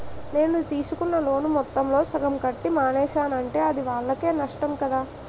నేను తీసుకున్న లోను మొత్తంలో సగం కట్టి మానేసానంటే అది వాళ్ళకే నష్టం కదా